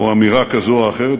או אמירה כזו או אחרת.